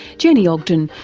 jenni ogden,